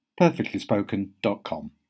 perfectlyspoken.com